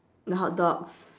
the hotdogs